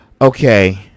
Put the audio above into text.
Okay